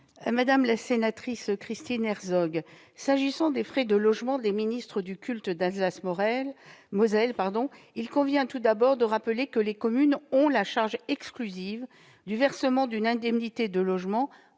Madame la sénatrice, s'agissant des frais de logement des ministres du culte d'Alsace-Moselle, il convient tout d'abord de rappeler que les communes ont la charge exclusive du versement d'une indemnité de logement,